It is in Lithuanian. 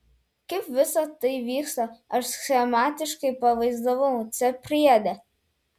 kaip visa tai vyksta aš schematiškai pavaizdavau c priede